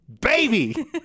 baby